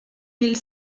mille